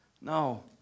No